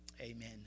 Amen